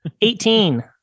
eighteen